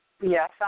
Yes